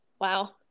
Wow